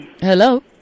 Hello